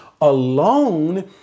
alone